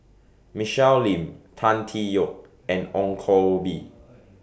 Michelle Lim Tan Tee Yoke and Ong Koh Bee